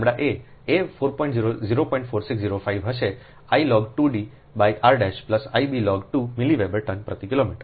4605 હશે I log 2 D r I b log 2 milliweber turn પ્રતિ kilometre